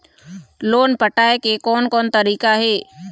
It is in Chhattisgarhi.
लोन पटाए के कोन कोन तरीका हे?